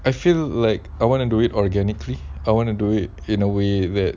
I feel like I want to do it organically I want to do it in a way that